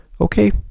okay